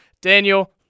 Daniel